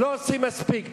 לא עושים מספיק.